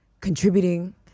contributing